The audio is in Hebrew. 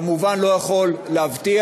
הוא כמובן לא יכול להבטיח.